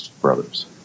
Brothers